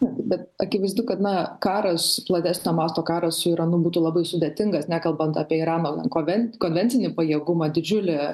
bet akivaizdu kad na karas platesnio masto karas su iranu būtų labai sudėtingas nekalbant apie irano konve konvencinį pajėgumą didžiulį